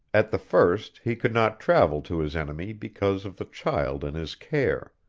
at the first he could not travel to his enemy because of the child in his care